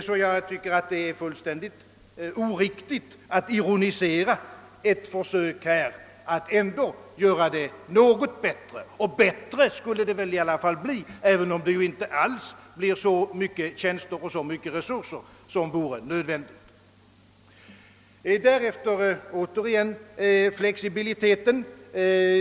Jag tycker därför att det är fullständigt oriktigt att ironisera över ett försök att ändå något förbättra förhållandena, och bättre skulle det väl i alla fall bli, även om vi härigenom inte alls får de resurser och de tjänster som skulle behövas. Därefter vill jag återigen ta upp frågan om flexibiliteten.